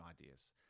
ideas